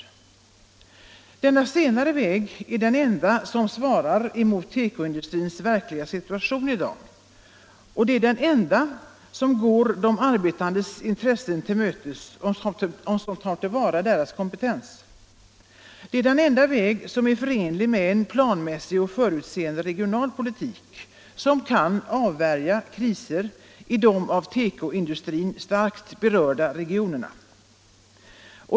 Denna senare väg är den enda som svarar mot tekoindustrins verkliga situation i dag. Det är den enda väg som går de arbetandes intressen till mötes och som tar till vara deras kompetens. Det är den enda väg som är förenlig med en planmässig och förutseende regional politik, som kan avvärja kriser i de av tekoindustrin starkt berörda regionerna.